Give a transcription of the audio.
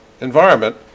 environment